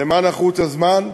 למה נחוץ הזמן?